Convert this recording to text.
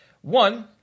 One